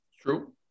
True